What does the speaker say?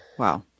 Wow